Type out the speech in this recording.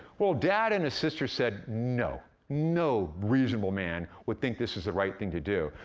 well, dad and his sister said no, no reasonable man would think this was the right thing to do,